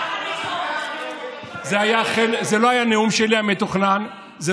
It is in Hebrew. זה לא היה הנאום המתוכנן שלי.